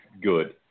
good